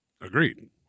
Agreed